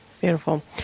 Beautiful